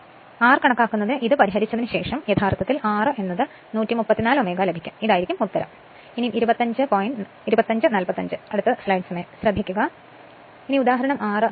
R കണക്കാക്കുന്നതിന് ഇത് പരിഹരിച്ചതിന് ശേഷം യഥാർത്ഥത്തിൽ R 134 Ω ലഭിക്കും ഇതാണ് ഉത്തരം അടുത്തത് ഉദാഹരണം 6